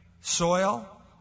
soil